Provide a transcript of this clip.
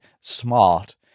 smart